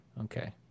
Okay